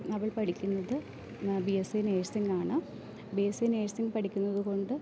അവൾ പഠിക്കുന്നത് B S C നേഴ്സിങ്ങാണ് ബി എസ് സി നേഴ്സിംഗ് പഠിക്കുന്നത് കൊണ്ട്